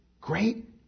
Great